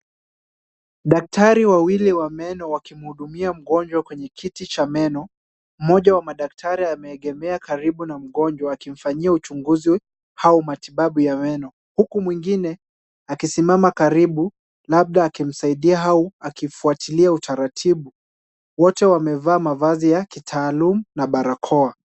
Daktari wawili wa meno wakimhudumia mgonjwa kwenye kiti cha meno. Mmoja wa madaktari ameegemea karibu na mgonjwa, akimfanyia uchunguzi au matibabu ya meno, huku mwingine akisimama karibu, labda akimsaidia au akifuatilia utaratibu. Wote wamevaa mavazi ya kitaalum na barakoa.